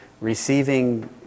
receiving